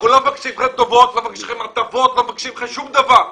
אנחנו לא מבקשים מכם טובות ולא מבקשים מכם הטבות ולא שום דבר אחר.